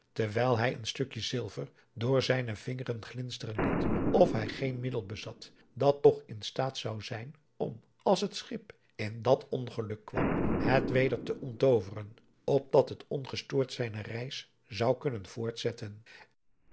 terwijl hij een stukje zilver door zijne vingeren glinsteren liet of hij geen middel bezat dat toch in staat zou zijn om als het schip in dat ongeluk kwam het weder te onttooveren opdat het ongestoord zijne reis zou kunnen voortzetten